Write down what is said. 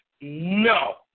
no